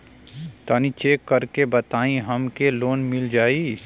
तनि चेक कर के बताई हम के लोन मिल जाई?